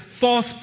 false